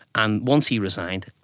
and once he resigned,